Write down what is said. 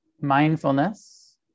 mindfulness